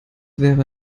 wäre